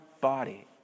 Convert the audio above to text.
body